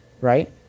right